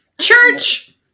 church